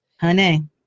Honey